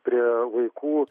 prie vaikų